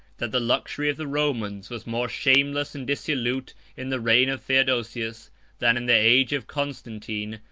that the luxury of the romans was more shameless and dissolute in the reign of theodosius than in the age of constantine,